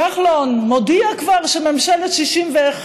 כחלון מודיע כבר שממשלת 61,